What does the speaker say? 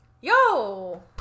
Yo